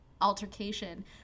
altercation